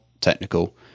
technical